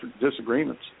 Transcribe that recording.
disagreements